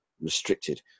restricted